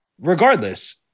Regardless